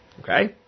Okay